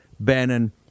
Bannon